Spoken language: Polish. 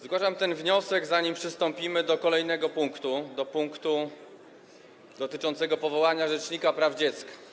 Zgłaszam ten wniosek, zanim przystąpimy do kolejnego punktu, do punktu dotyczącego powołania rzecznika praw dziecka.